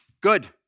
Good